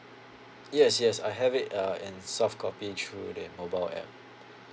yes yes I have it uh in soft copy through the mobile app